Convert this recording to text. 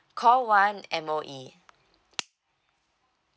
call one M_O_E